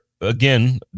again